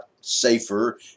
safer